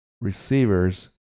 receivers